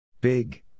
Big